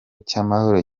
cy’amahoro